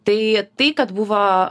tai tai kad buvo